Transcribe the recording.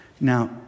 Now